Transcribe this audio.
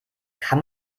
kann